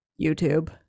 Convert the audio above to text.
YouTube